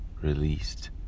released